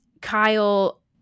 Kyle